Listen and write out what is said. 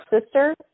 sister